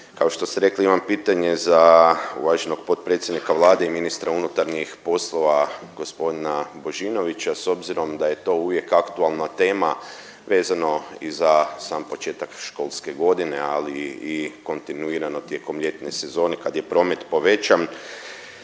kao što ste rekli imam pitanje za uvaženog potpredsjednika Vlade i ministra unutarnjih poslova gospodina Božinovića. S obzirom da je to uvijek aktualna tema vezano i za sam početak školske godine, ali i kontinuirano tijekom ljetne sezone kad je promet povećan.